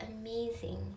amazing